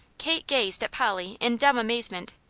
kate gazed at polly in dumb amazement.